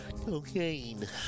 cocaine